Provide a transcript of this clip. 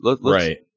right